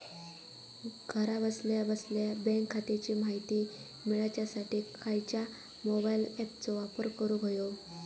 घरा बसल्या बसल्या बँक खात्याची माहिती मिळाच्यासाठी खायच्या मोबाईल ॲपाचो वापर करूक होयो?